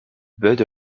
bud